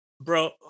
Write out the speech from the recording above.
Bro